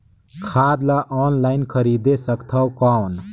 खाद ला ऑनलाइन खरीदे सकथव कौन?